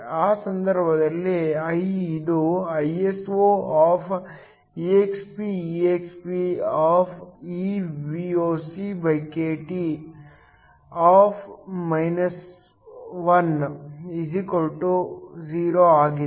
ಆ ಸಂದರ್ಭದಲ್ಲಿ I ಇದು 0 ಆಗಿದೆ